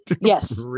Yes